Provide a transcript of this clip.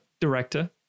director